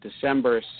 December